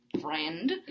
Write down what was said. friend